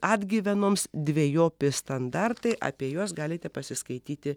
atgyvenoms dvejopi standartai apie juos galite pasiskaityti